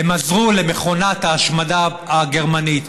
הם עזרו למכונת ההשמדה הגרמנית.